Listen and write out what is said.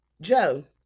Joe